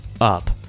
up